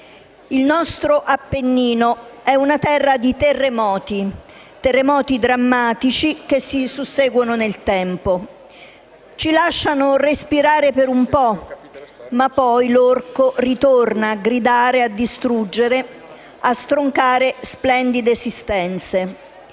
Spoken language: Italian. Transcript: Il nostro Appennino è una terra di terremoti: terremoti drammatici che si susseguono nel tempo. Ci lasciano respirare per un po', ma poi l'orco torna a gridare, a distruggere e a stroncare splendide esistenze.